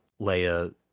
Leia